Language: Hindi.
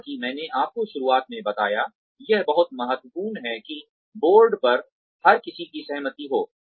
जैसा कि मैंने आपको शुरुआत में बताया यह बहुत महत्वपूर्ण है कि बोर्ड पर हर किसी की सहमति हो